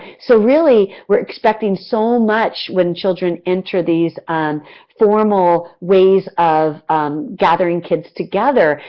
so, really, we're expecting so much when children enter these um formal ways of gathering kids together,